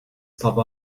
papa